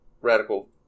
radical